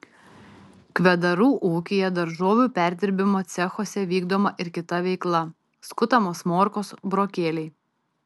kvedarų ūkyje daržovių perdirbimo cechuose vykdoma ir kita veikla skutamos morkos burokėliai